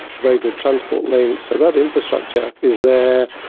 very good transport links. so that infrastructure is there.